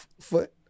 foot